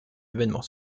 événements